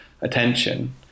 attention